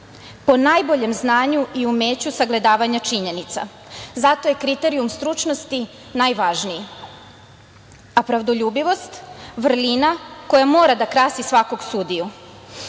po najboljem znanju i umeću sagledavanja činjenica. Zato je kriterijum stručnosti najvažniji, a pravdoljubivost vrlina koja mora da krasi svakog sudiju. Slede